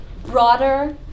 broader